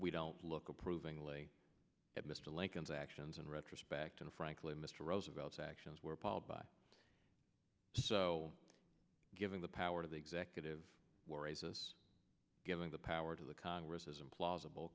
we don't look approvingly at mr lincoln's actions in retrospect and frankly mr roosevelt's actions were appalled by so giving the power to the executive worries us giving the power to the congress is implausible